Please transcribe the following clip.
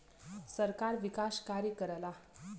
सरकार विकास कार्य करला